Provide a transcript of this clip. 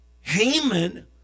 Haman